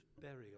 burial